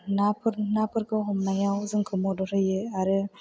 नाफोरखौ हमनायाव जोंखौ मदद होयो आरो